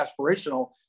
aspirational